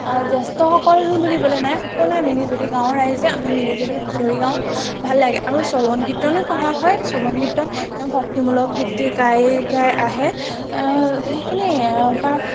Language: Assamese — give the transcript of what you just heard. জ্যেষ্ঠসকল বুলিবলৈ নাই সকলোৱে মিলিজুলি গাঁৱৰ ৰাইজে আমি মিলিজুলি হুচঁৰি গাওঁ ভাল লাগে আৰু শ্ৰৱণ কীৰ্তনো কৰা হয় শ্ৰৱণ কীৰ্তন এনেও ভক্তিমূলক গীত গাই গাই আহে সেইখিনিয়ে এবাৰ